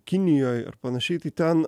kinijoj ar panašiai tai ten